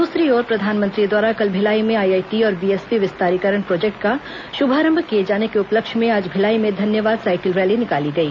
दूसरी ओर प्रधानमंत्री द्वारा कल भिलाई में आईआईटी और बीएसपी विस्तारीकरण प्रोजेक्ट का शुभारंभ किए जाने के उपलक्ष्य में आज भिलाई में धन्यवाद साइकिल रैली निकाली गई